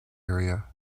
area